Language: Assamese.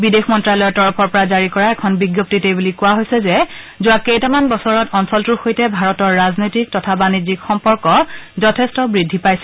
বিদেশ মন্ত্যালয়ৰ তৰফৰ পৰা জাৰি কৰা এখন বিজ্ঞপ্তিত এই বুলি কোৱা হৈছে যে যোৱা কেইটামান বছৰত অঞ্চলটোৰ সৈতে ভাৰতৰ ৰাজনৈতিক তথা বাণিজ্যিক সম্পৰ্ক যথেষ্ট বৃদ্ধি পাইছে